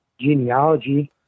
genealogy